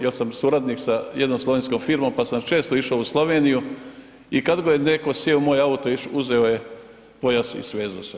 Jer sam suradnik sa jednom slovenskom firmom pa sam često išao u Sloveniju i kada god je netko sjeo u moje auto uzeo je pojas i svezao se.